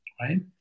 right